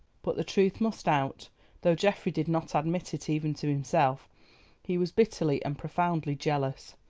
but the truth must out though geoffrey did not admit it even to himself he was bitterly and profoundly jealous,